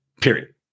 Period